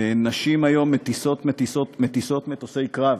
נשים היום מטיסות מטוסי קרב